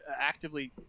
actively